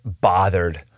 bothered